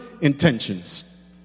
intentions